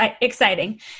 exciting